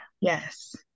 Yes